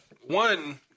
one